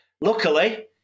luckily